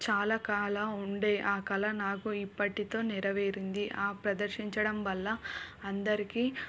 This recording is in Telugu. చాలా కల ఉండే ఆ కల నాకు ఇప్పటితో నెరవేరింది ఆ ప్రదర్శించడం వల్ల అందరికీ